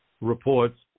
reports